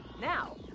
Now